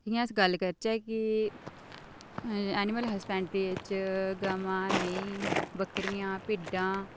जि'यां अस गल्ल करचै कि एैनीमल हस्बैंडरी च गवांऽ मेहीं बकरियां भिड्डां